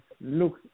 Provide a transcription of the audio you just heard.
look